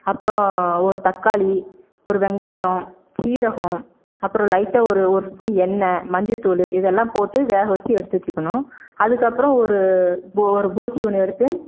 அப்புறம் ஒரு தக்காளி ஒரு வெங்காயம் சீரகம் அப்புறம் லைட்டாக ஒரு ஒரு ஸ்பூன் எண்ணெய் மஞ்சத்தூள் இதெல்லாம் போட்டு வேகவச்சு எடுத்து வச்சுக்கணும் அதற்கப்பறம் ஒரு போ ஒரு போசி ஒன்று எடுத்து